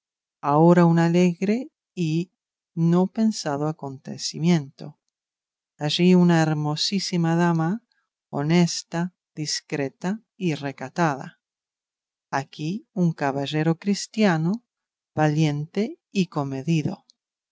ahora un alegre y no pensado acontecimiento allí una hermosísima dama honesta discreta y recatada aquí un caballero cristiano valiente y comedido